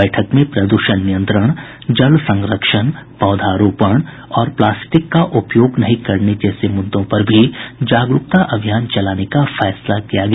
बैठक में प्रदूषण नियंत्रण जल संरक्षण पौधारोपण और प्लास्टिक का उपयोग नहीं करने जैसे मुद्दों पर भी जागरूकता अभियान चलाने का फैसला किया गया